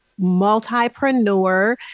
multipreneur